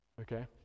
Okay